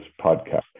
podcast